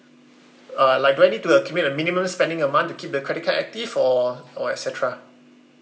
uh like do I need to accumulate a minimum spending a month to keep the credit card active or or et cetera